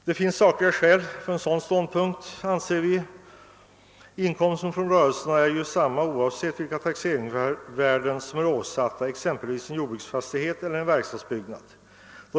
Det finns sakliga skäl för en sådan ståndpunkt, anser vi. Inkomsten från rörelsen är densamma oavsett vilket taxeringsvärde som åsätts exempelvis en jordbruksfastighet eller en verkstadsbyggnad.